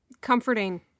Comforting